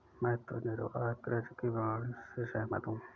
मैं तो निर्वाह कृषि की प्रणाली से सहमत हूँ